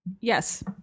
Yes